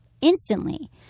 instantly